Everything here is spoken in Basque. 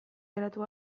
geratu